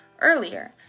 earlier